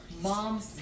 mom